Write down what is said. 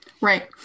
right